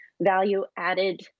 value-added